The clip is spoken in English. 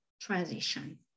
transition